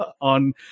on